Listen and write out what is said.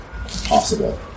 possible